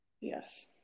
Yes